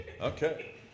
Okay